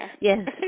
Yes